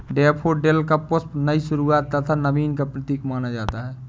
daffodil का पुष्प नई शुरुआत तथा नवीन का प्रतीक माना जाता है